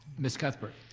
miss cuthbert?